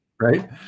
Right